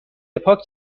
پاک